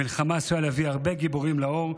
המלחמה עשויה להביא הרבה גיבורים לאור,